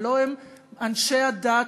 הלוא הם אנשי הדת,